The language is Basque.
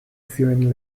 zioen